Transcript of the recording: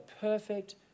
perfect